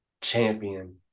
champion